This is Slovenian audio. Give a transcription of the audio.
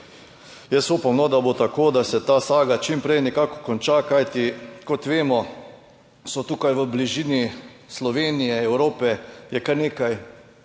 Jaz upam, da bo tako, da se ta saga čim prej nekako konča, kajti, kot vemo, je v bližini Slovenije, Evrope kar nekaj